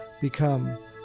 become